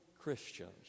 Christians